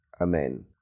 Amen